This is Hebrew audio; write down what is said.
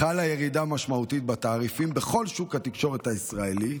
חלה ירידה, בתעריפים בכל שוק התקשורת הישראלי,